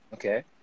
Okay